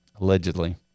allegedly